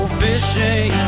fishing